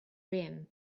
rim